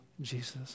Jesus